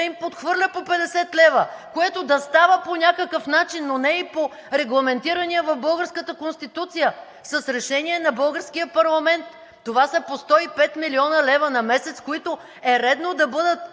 им подхвърля по 50 лв., което да става по някакъв начин, но не и по регламентирания в българската Конституция с решение на българския парламент. Това са по 105 млн. лв. на месец, които е редно да бъдат